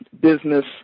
business